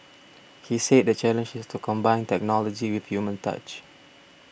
he said the challenge is to combine technology with human touch